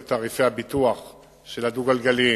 נוכח תנופת הפיתוח של מסילות הברזל בישראל.